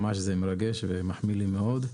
ממש זה מרגש ומחמיא לי מאוד,